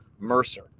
Mercer